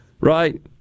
right